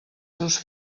seus